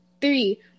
three